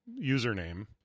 username